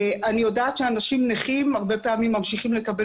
אני יודעת שאנשים נכים הרבה פעמים ממשיכים לקבל